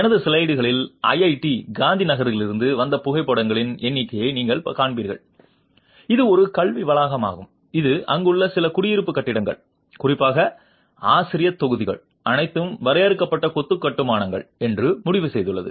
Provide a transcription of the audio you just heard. எனது ஸ்லைடுகளில் ஐஐடி காந்திநகரிலிருந்து வந்த புகைப்படங்களின் எண்ணிக்கையை நீங்கள் காண்பீர்கள் இது ஒரு கல்வி வளாகமாகும் இது அங்குள்ள சில குடியிருப்பு கட்டிடங்கள் குறிப்பாக ஆசிரியத் தொகுதிகள் அனைத்தும் வரையறுக்கப்பட்ட கொத்து கட்டுமானங்கள் என்று முடிவு செய்துள்ளது